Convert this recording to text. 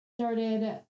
started